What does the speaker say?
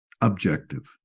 objective